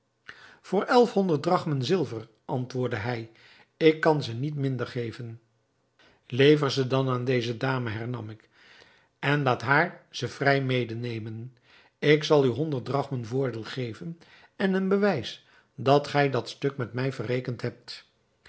voor elf honderd drachmen zilver antwoordde hij ik kan ze niet minder geven lever ze dan aan deze dame hernam ik en laat haar ze vrij mede nemen ik zal u honderd drachmen voordeel geven en een bewijs dat gij dat stuk met mij verrekend hebt